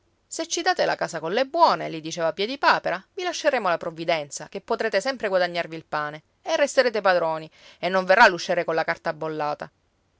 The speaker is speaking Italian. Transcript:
se ci date la casa colle buone gli diceva piedipapera vi lasceremo la provvidenza che potrete sempre guadagnarvi il pane e resterete padroni e non verrà l'usciere colla carta bollata